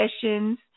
sessions